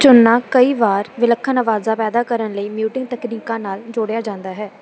ਝੁੱਲਨਾ ਕਈ ਵਾਰ ਵਿਲੱਖਣ ਆਵਾਜ਼ਾਂ ਪੈਦਾ ਕਰਨ ਲਈ ਮਿਊਟਿੰਗ ਤਕਨੀਕਾਂ ਨਾਲ ਜੋੜਿਆ ਜਾਂਦਾ ਹੈ